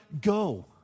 go